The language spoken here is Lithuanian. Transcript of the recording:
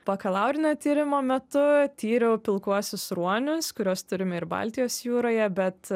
bakalaurinio tyrimo metu tyriau pilkuosius ruonius kuriuos turime ir baltijos jūroje bet